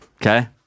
Okay